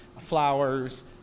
flowers